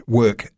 work